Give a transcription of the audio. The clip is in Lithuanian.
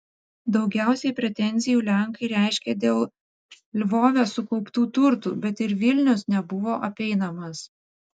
daugiausiai pretenzijų lenkai reiškė dėl lvove sukauptų turtų bet ir vilnius nebuvo apeinamas